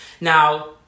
Now